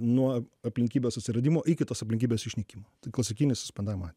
nuo aplinkybės atsiradimo iki tos aplinkybės išnykimo tai klasikinis panama